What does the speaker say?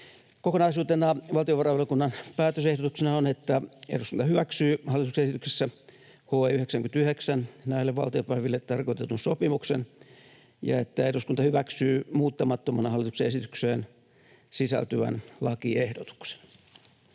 Kokonaisuutena valtiovarainvaliokunnan päätösehdotuksena on, että eduskunta hyväksyy hallituksen esityksessä HE 99 näille valtiopäiville tarkoitetun sopimuksen ja että eduskunta hyväksyy muuttamattomana hallituksen esitykseen sisältyvän lakiehdotuksen.